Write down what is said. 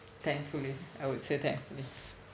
thankfully I would say thankfully